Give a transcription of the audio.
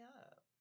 up